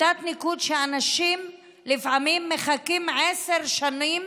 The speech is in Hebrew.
ואנשים לפעמים מחכים עשר שנים